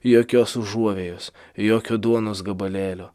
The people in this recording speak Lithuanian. jokios užuovėjos jokio duonos gabalėlio